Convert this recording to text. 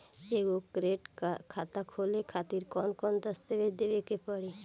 एगो करेंट खाता खोले खातिर कौन कौन दस्तावेज़ देवे के पड़ी?